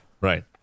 Right